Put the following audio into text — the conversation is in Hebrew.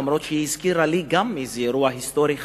אף-על-פי שהיא הזכירה לי גם איזה אירוע היסטורי חשוב,